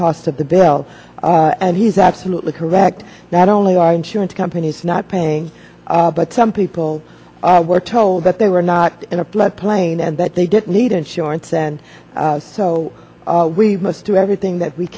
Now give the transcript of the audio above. cost of the bill and he's absolutely correct not only our insurance companies not paying but some people were told that they were not in a flood plain and that they didn't need insurance and so we must do everything that we